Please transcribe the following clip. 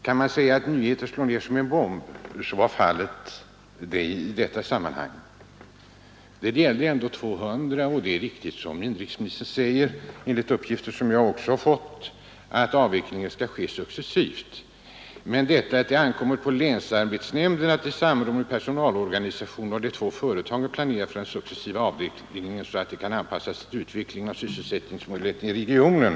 Kan man säga att nyheter slår ned som en bomb, så var det fallet i detta sammanhang. Beskedet gällde Statsföretag AB:s köp av MoDo-Kemi samt att 200 arbetstillfällen skulle försvinna från bygden. Det är riktigt som inrikesministern säger — jag har också fått den uppgiften — att avvecklingen skall ske successivt. Men att det enligt inrikesministern ”ankommer på länsarbetsnämnden att i samråd med personalorganisationerna och de två företagen planera för den successiva avvecklingen så att den kan anpassas till utvecklingen av sysselsättningsmöjligheterna i regionen”.